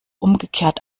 umgekehrt